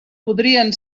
podrien